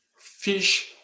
fish